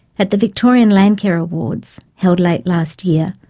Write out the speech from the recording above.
at the victorian landcare awards, held late last year,